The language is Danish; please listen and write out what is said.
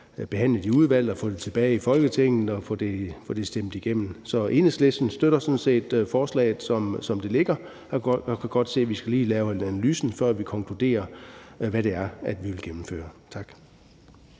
behandlet i udvalget og få det tilbage i Folketinget og få det stemt igennem? Enhedslisten støtter sådan set forslaget, som det ligger, og kan godt se, at vi lige skal lave analysen, før vi konkluderer, hvad det er, vi vil gennemføre. Tak.